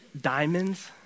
Diamonds